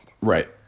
Right